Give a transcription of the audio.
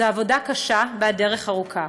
זו עבודה קשה, והדרך ארוכה.